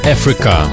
Africa